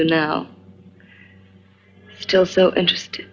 you now still so interesting